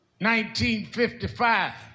1955